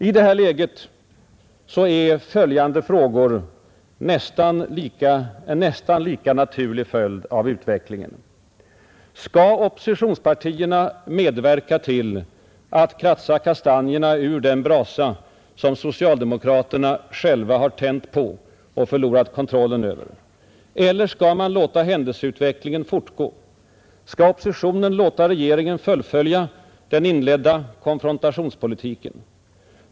I det här läget är följande frågor en nästa lika naturlig följd av utvecklingen: Skall oppositionspartierna medverka till att kratsa kastanjerna ur den brasa som socialdemokraterna själva har tänt på och förlorat kontrollen över? Eller skall man låta händelseutvecklingen fortgå? Skall opposi tionen låta regeringen fullfölja den inledda konfrontationspolitiken? '